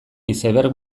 iceberg